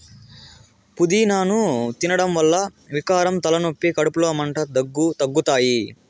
పూదినను తినడం వల్ల వికారం, తలనొప్పి, కడుపులో మంట, దగ్గు తగ్గుతాయి